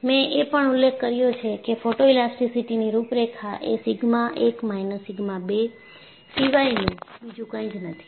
મેં એ પણ ઉલ્લેખ કર્યો છે કે ફોટોએલાસ્ટીકની રૂપરેખા એ સિગ્મા 1 માઈનસ સિગ્મા 2 સિવાય બીજું કંઈ નથી